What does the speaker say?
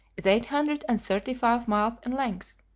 is eight hundred and thirty-five miles in length,